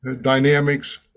dynamics